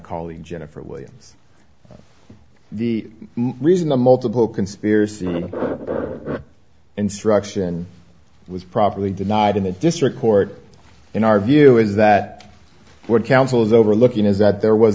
colleague jennifer williams the reason the multiple conspiracy instruction was properly denied in the district court in our view is that what council's overlooking is that there was